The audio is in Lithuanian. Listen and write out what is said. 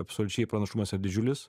absoliučiai pranašumas yra didžiulis